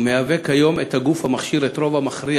הוא מהווה כיום את הגוף המכשיר את הרוב המכריע